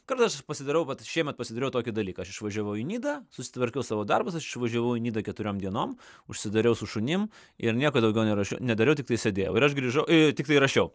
kartais aš pasidarau vat šiemet pasidariau tokį dalyką aš išvažiavau į nidą susitvarkiau savo darbus aš išvažiavau į nidą keturiom dienom užsidariau su šunim ir nieko daugiau nerašiau nedariau tiktai sėdėjau ir aš grįžau tiktai rašiau